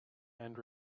and